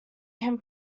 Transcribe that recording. can